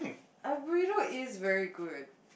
a burrito is very good